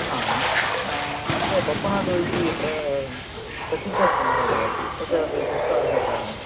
आम् अत्र बप्पनाडु इति प्रसिद्धस्थलः भवति तत्र अपि डिस्को आगतवान्